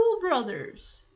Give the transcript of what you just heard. brothers